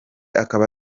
akaba